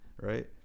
right